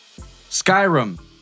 Skyrim